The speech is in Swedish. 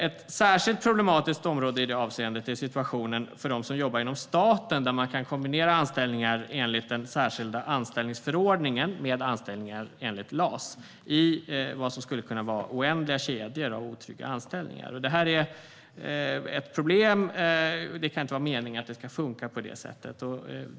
Ett särskilt problematiskt område i det avseendet är situationen för dem som jobbar inom staten, där man kan kombinera anställningar enligt den särskilda anställningsförordningen med anställningar enligt LAS i vad som skulle kunna vara oändliga kedjor av otrygga anställningar. Det här är ett problem, och det kan inte vara meningen att det ska funka på det sättet.